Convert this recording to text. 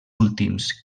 últims